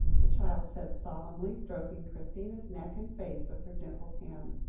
the child said solemnly, stroking christina's neck and face with her dimpled hands.